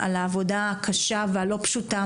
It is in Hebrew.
על העבודה הקשה והלא פשוטה,